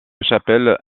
chapelle